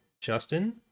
Justin